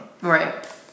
Right